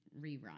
rerun